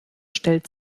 stellt